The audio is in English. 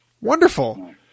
Wonderful